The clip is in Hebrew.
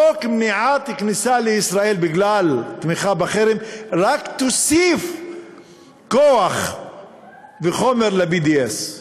חוק מניעת כניסה לישראל בגלל תמיכה בחרם רק יוסיף כוח וחומר ל-BDS,